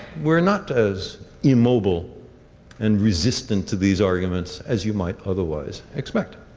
we are not as in mobile and resistant to these arguments as you might otherwise expect.